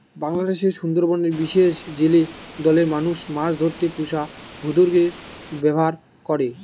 বাংলাদেশের সুন্দরবনের বিশেষ জেলে দলের মানুষ মাছ ধরতে পুষা ভোঁদড়ের ব্যাভার করে